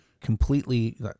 completely